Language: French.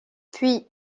puis